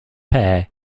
pear